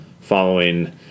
following